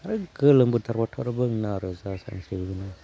गोलोम बोथोरब्लाथ' आरो बुंनाङा आरो जा सानस्रियो